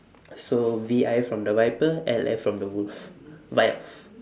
so V I from the viper L F from the wolf vilf but